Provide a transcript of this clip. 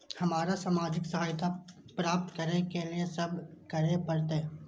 हमरा सामाजिक सहायता प्राप्त करय के लिए की सब करे परतै?